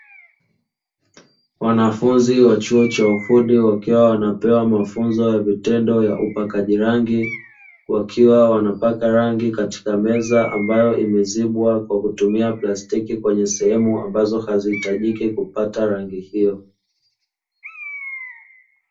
Wanafunzi wa chuo cha ufundi wakiwa wanapewa mafunzo ya vitendo ya upakaji rangi, wakiwa wanapaka rangi katika meza; ambayo imezibwa kwa kutumia plastiki kwenye sehemu ambazo hazihitajiki kupata rangi hiyo.